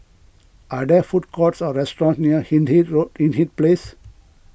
are there food courts or restaurants near Hindhede Road Hindhede Place